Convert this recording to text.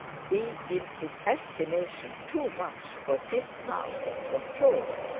be in his estimation too much for his powers of control,